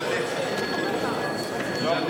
כבוד